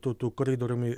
tu tu koridoriumi